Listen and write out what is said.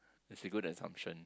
is a good assumption